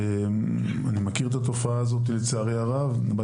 לצערי הרב, אני מכיר את התופעה הזו.